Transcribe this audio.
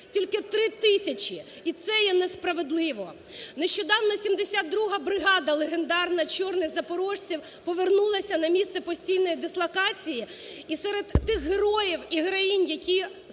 Тільки 3 тисячі, і це є несправедливо. Нещодавно 72 бригада легендарна "Чорних запорожців" повернулася на місце постійної дислокації, і серед тих героїв і героїнь, які